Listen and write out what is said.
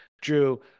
Drew